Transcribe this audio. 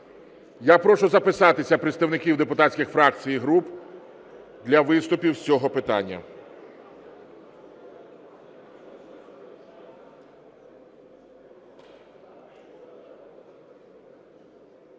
Я прошу записатися представників депутатських фракцій і груп для виступів з цього питання.